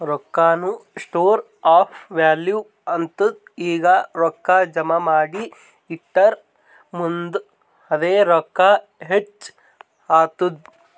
ರೊಕ್ಕಾನು store of value ಆತ್ತುದ್ ಈಗ ರೊಕ್ಕಾ ಜಮಾ ಮಾಡಿ ಇಟ್ಟುರ್ ಮುಂದ್ ಅದೇ ರೊಕ್ಕಾ ಹೆಚ್ಚ್ ಆತ್ತುದ್